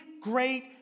great